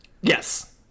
Yes